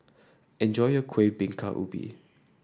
enjoy your Kuih Bingka Ubi